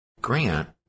Grant